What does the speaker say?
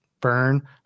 burn